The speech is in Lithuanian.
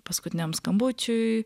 paskutiniam skambučiui